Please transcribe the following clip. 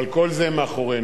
אבל כל זה מאחורינו.